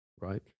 right